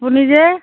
আপুনি যে